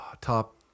top